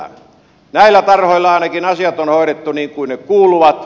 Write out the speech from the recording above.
ainakin näillä tarhoilla asiat on hoidettu niin kuin kuuluu